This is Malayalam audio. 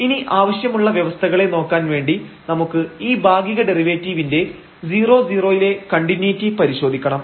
ഇനി ആവശ്യമുള്ള വ്യവസ്ഥകളെ നോക്കാൻ വേണ്ടി നമുക്ക് ഈ ഭാഗിക ഡെറിവേറ്റീവിന്റെ 00 ലെ കണ്ടിന്യൂയിറ്റി പരിശോധിക്കണം